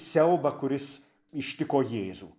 siaubą kuris ištiko jėzų